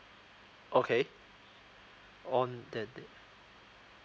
okay on the